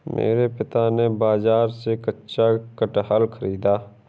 मेरे पिता ने बाजार से कच्चा कटहल खरीदा